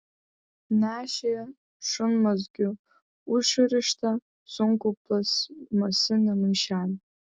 nešė šunmazgiu užrištą sunkų plastmasinį maišelį